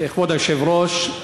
כבוד היושב-ראש,